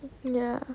ya